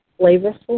flavorful